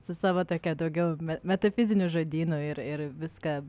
su savo take daugiau metafiziniu žodynu ir ir viską